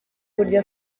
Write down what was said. uburyo